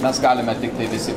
mes galime tiktai visi